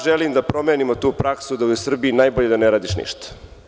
Želim da promenimo tu praksu da je u Srbiji najbolje da ne radiš ništa.